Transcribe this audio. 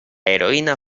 heroína